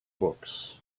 books